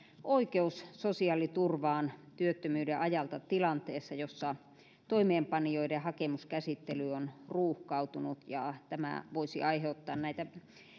oikeus sosiaaliturvaan työttömyyden ajalta tilanteessa jossa toimeenpanijoiden hakemuskäsittely on ruuhkautunut ja tämä voisi aiheuttaa näitä